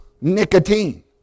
nicotine